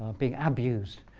being abused,